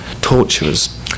torturers